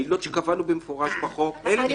העילות שקבענו במפורש בחוק, הן נכנסות.